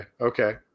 Okay